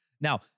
Now